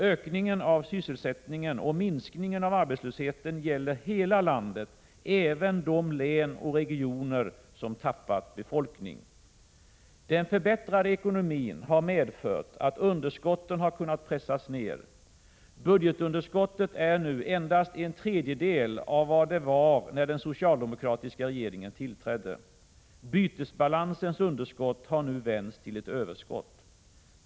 Ökningen av sysselsättningen och minskningen av arbetslösheten gäller hela landet, även de län och regioner som tappat befolkning. Den förbättrade ekonomin har medfört att underskotten har kunnat pressas ned. Budgetunderskottet är nu endast en tredjedel av vad det var när den socialdemokratiska regeringen tillträdde. Bytesbalansens underskott har nu vänts till ett överskott.